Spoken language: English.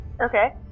Okay